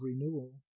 renewal